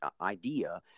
idea